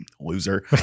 Loser